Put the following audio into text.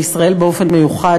בישראל באופן מיוחד,